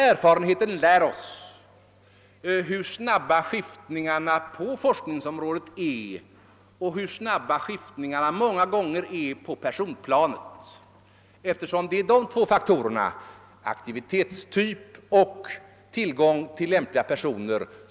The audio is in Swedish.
Erfarenheten lär oss nämligen hur snabba skiftningarna både på forskningsområdet och på personplanet kan vara. Dessa två faktorer — aktivitetstyp och tillgång till lämpliga personer — är ju avgörande.